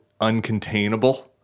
uncontainable